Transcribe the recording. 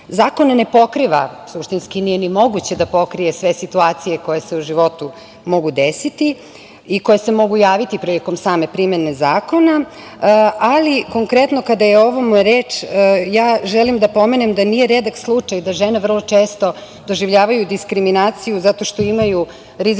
ne pokriva, suštinski nije ni moguće da pokrije sve situacije koje se u životu mogu deseti i koje se mogu javiti prilikom same primene zakona, ali konkretno kada je o ovome reč, želim da pomenem da nije redak slučaj da žene vrlo često doživljavaju diskriminaciju zato što imaju rizičnu